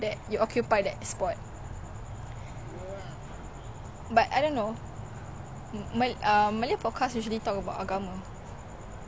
sometimes malaysian humour confuses me mm mm on spotify have ah